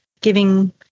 giving